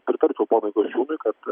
pritarčiau ponui kasčiūnui kad